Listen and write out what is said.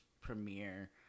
premiere